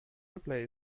ripley